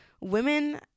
women